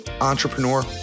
entrepreneur